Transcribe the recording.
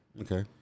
Okay